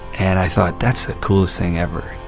and i thought, that's the coolest thing ever